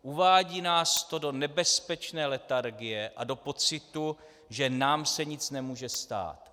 Uvádí nás to do nebezpečné letargie a do pocitu, že nám se nic nemůže stát.